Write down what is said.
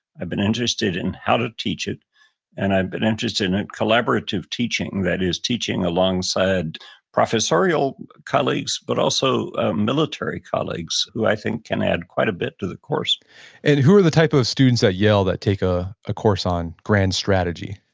i've been interested in how to teach it and i've been interested in collaborative teaching. that is teaching alongside professorial colleagues but also military colleagues who i think can add quite a bit to the course and who are the type of students at yale that take a ah course on grand strategy?